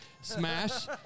Smash